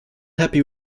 happy